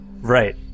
Right